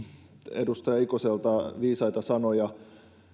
edustaja ikoselta viisaita sanoja